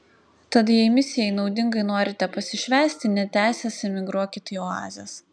tad jei misijai naudingai norite pasišvęsti netęsęs emigruokit į oazes